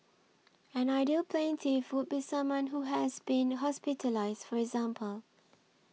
an ideal plaintiff would be someone who has been hospitalised for example